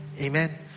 Amen